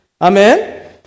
Amen